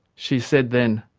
she said then,